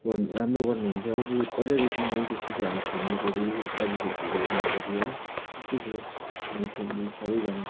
गर्नु राम्रो गर्नुहुन्थ्यो है पहिलादेखि नै त्यस्तो थियो हाम्रो फ्यामिलीपट्टि बारीखेतीहरू हेर्नेपट्टि है त्यस्तो थियो हाम्रो फ्यामिली सबैजना